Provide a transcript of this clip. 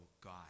God